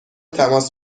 تماس